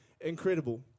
incredible